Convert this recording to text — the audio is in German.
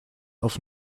auf